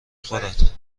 خورد